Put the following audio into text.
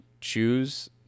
choose